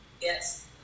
Yes